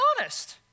honest